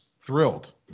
thrilled